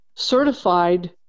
Certified